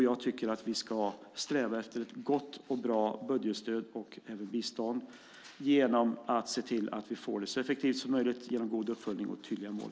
Jag tycker att vi ska sträva efter ett gott och bra budgetstöd och även bistånd genom att se till att vi får det så effektivt som möjligt genom god uppföljning och tydliga mål.